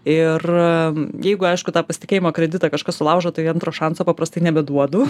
ir jeigu aišku tą pasitikėjimo kreditą kažkas sulaužo tai antro šanso paprastai nebeduodu